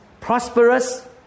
prosperous